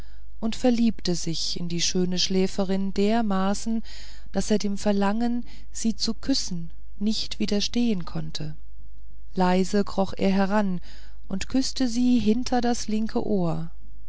und verliebte sich in die schöne schläferin dermaßen daß er dem verlangen sie zu küssen nicht widerstehen konnte leise kroch er heran und küßte sie hinter das linke ohr